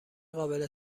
قابل